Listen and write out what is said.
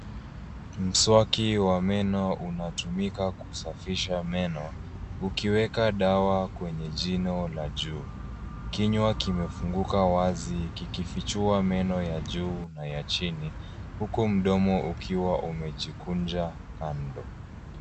Kimswaki wa meno unatumika kusafisha meno, ukiweka dawa kwenye jino la juu. Kinywa kimefunguka wazi kikifichua meno ya juu na ya chini, huku mdomo ukiwa umejikunja kando.